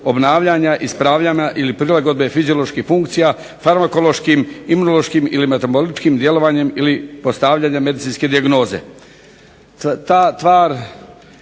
obnavljanja, ispravljanja ili prilagodbe fizioloških funkcija farmakološkim, imunološkim ili metaboličkim djelovanjem ili postavljanjem medicinske dijagnoze.